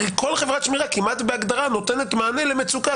שמירה כמעט בהגדרה נותנת מענה למצוקה.